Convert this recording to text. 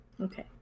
okay